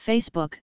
Facebook